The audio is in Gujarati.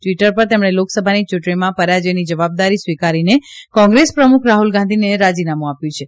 ટવીટર પર તેમણે લોકસભાની યુંટણીમાં પરાજયની જવાબદારી સ્વીકારીને કોંગ્રેસ પ્રમુખ રાહૂલ ગાંધીને રાજીનામું આપ્યું છે